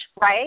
right